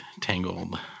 Tangled